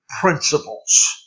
principles